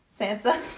Sansa